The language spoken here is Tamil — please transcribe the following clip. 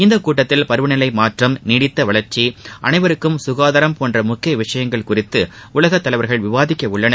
இந்த கூட்டத்தில் பருவநிலை மாற்றம் நீடித்த வளர்ச்சி அனைவருக்கும் சுகாதாரம் போன்ற முக்கிய விஷயங்கள் குறித்து உலகத் தலைவர்கள் விவாதிக்க உள்ளனர்